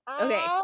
okay